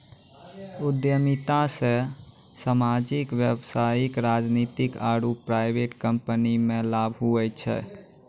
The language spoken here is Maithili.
उद्यमिता से सामाजिक व्यवसायिक राजनीतिक आरु प्राइवेट कम्पनीमे लाभ हुवै छै